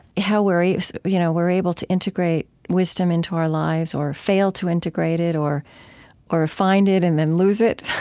how we're yeah you know we're able to integrate wisdom into our lives or fail to integrate it or or ah find it and then lose it.